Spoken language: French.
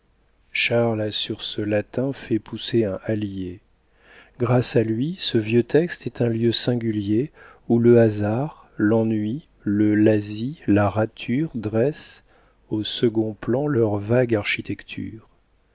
a sur ce latin fait pousser un hallier grâce à lui ce vieux texte est un lieu singulier où le hasard l'ennui le lazzi la rature dressent au second plan leur vague architecture